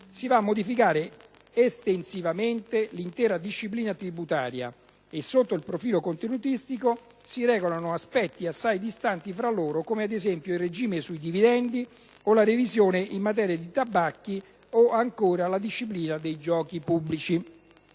si va a modificare estensivamente l'intera disciplina tributaria e, sotto il profilo contenutistico, si regolano aspetti assai distanti fra loro come, ad esempio, il regime sui dividendi, la revisione in materia di tabacchi o, ancora, la disciplina dei giochi pubblici.